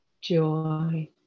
joy